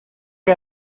que